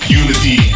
unity